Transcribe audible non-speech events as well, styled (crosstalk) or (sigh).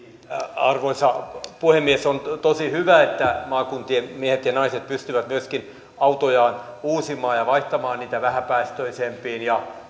arvoisa puhemies on tosi hyvä että maakuntien miehet ja naiset pystyvät myöskin autojaan uusimaan ja vaihtamaan niitä vähäpäästöisempiin ja (unintelligible)